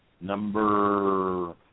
Number